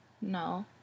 No